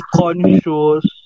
conscious